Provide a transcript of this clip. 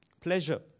Pleasure